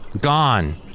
gone